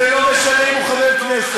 ולא משנה אם הוא חבר כנסת,